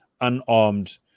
unarmed